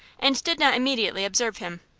and did not immediately observe him.